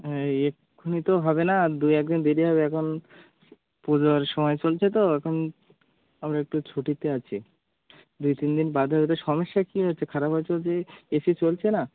হ্যাঁ এক্ষুণি তো হবে না দু এক দিন দেরি হবে এখন পুজোর সময় চলছে তো এখন আমরা একটু ছুটিতে আছি দুই তিন দিন বাদে হবে সমস্যা কী হয়েছে খারাপ হয়েছে বলতে কি এসি চলছে না